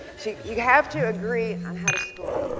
so you have to agree on how to score.